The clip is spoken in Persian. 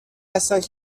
هستند